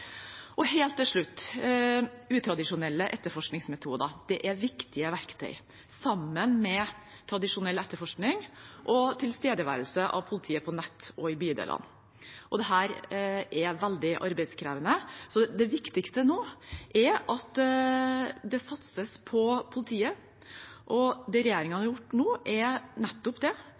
Helt til slutt: Utradisjonelle etterforskningsmetoder er viktige verktøy, sammen med tradisjonell etterforskning og tilstedeværelse av politiet på nett og i bydelene. Dette er veldig arbeidskrevende. Så det viktigste nå er at det satses på politiet, og det regjeringen nå har gjort, er nettopp det.